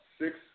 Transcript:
six